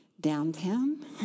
downtown